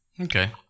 Okay